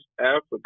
Africa